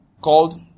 called